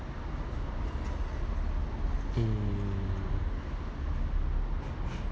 um